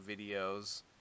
videos